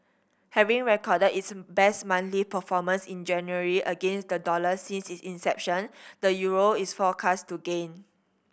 having recorded its best monthly performance in January against the dollar since its inception the euro is forecast to gain